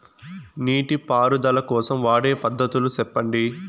నీటి పారుదల కోసం వాడే పద్ధతులు సెప్పండి?